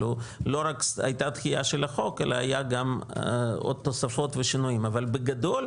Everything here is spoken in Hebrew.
לא רק הייתה דחייה של החוק אלא היו גם עוד תוספות ושינויים אבל בגדול,